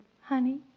honey